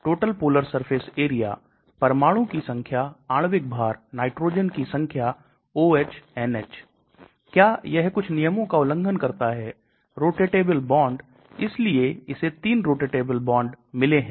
यह बाद में दवा बनाने के ज्ञान में आएंगे जबकि यह संरचनात्मक संशोधन जो हम बात कर रहे हैं हम इसे दवा खोज प्रक्रिया कह सकते हैं